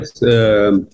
Yes